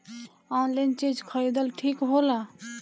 Online चीज खरीदल ठिक होला?